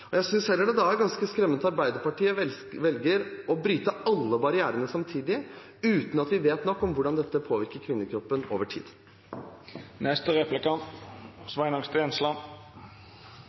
overskuddsegg. Jeg synes heller det da er ganske skremmende at Arbeiderpartiet velger å bryte alle barrierene samtidig, uten at vi vet nok om hvordan dette påvirker kvinnekroppen over